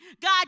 God